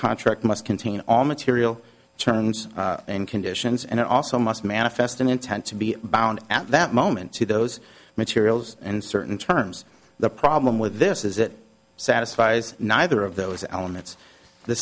contract must contain all material terms and conditions and it also must manifest an intent to be bound at that moment to those materials and certain terms the problem with this is that satisfies neither of those elements the